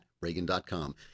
Reagan.com